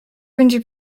będzie